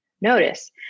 notice